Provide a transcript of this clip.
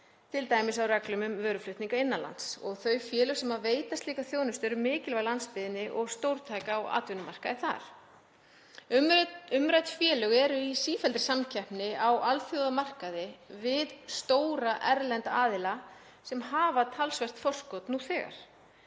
t.d. á reglum um vöruflutninga innan lands. Þau félög sem veita slíka þjónustu eru mikilvæg landsbyggðinni og stórtæk á atvinnumarkaði þar. Umrædd félög eru í sífelldri samkeppni á alþjóðamarkaði við stóra erlenda aðila sem hafa talsvert forskot nú þegar.